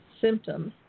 symptoms